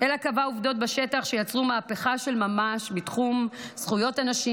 אלא קבעה עובדות בשטח שיצרו מהפכה של ממש בתחום זכויות הנשים